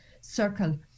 circle